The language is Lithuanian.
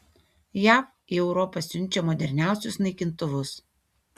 jav į europą siunčia moderniausius naikintuvus